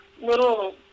little